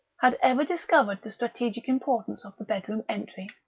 had ever discovered the strategic importance of the bedroom entry.